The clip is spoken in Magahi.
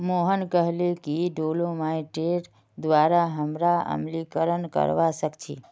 मोहन कहले कि डोलोमाइटेर द्वारा हमरा अम्लीकरण करवा सख छी